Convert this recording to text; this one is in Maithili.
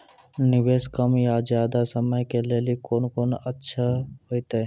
निवेश कम या ज्यादा समय के लेली कोंन अच्छा होइतै?